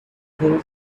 things